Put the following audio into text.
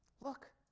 Look